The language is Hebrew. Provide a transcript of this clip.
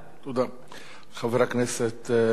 חבר הכנסת בן-ארי, בבקשה.